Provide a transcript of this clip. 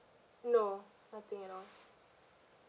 no nothing at all